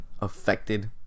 affected